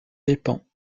dépend